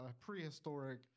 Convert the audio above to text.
prehistoric